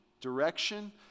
direction